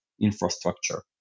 infrastructure